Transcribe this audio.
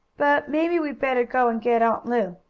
but maybe we'd better go and get aunt lu.